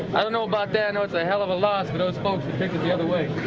i don't know about that. i know it's a hell of a loss for those folks who picked it the other way.